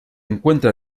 encuentra